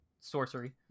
Sorcery